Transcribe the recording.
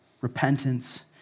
repentance